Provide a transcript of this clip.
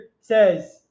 says